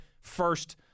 first